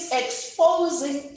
exposing